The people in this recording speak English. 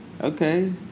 Okay